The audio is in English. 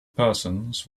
persons